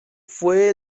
fue